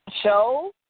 show